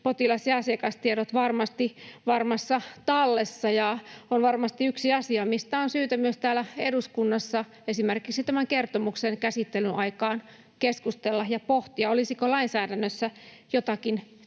potilas- ja asiakastiedot varmasti varmassa tallessa. Se on varmasti yksi asia, mistä on syytä myös täällä eduskunnassa, esimerkiksi tämän kertomuksen käsittelyn aikaan, keskustella ja pohtia, olisiko lainsäädännössä jotakin